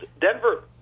Denver